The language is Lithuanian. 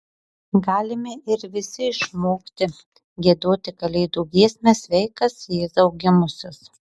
galime ir visi išmokti giedoti kalėdų giesmę sveikas jėzau gimusis